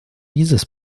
dieses